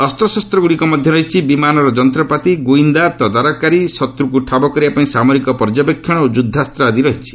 ଅସ୍ତ୍ରଶସ୍ତଗୁଡ଼ିକ ମଧ୍ୟରେ ରହିଛି ବିମାନର ଯନ୍ତପାତି ଗୁଇନ୍ଦା ତଦାରଖକାରୀ ଶତ୍ରକୁ ଠାବ କରିବାପାଇଁ ସାମରିକ ପର୍ଯ୍ୟବେକ୍ଷଣ ଓ ଯୁଦ୍ଧାସ୍ତ ଆଦି ରହିଛି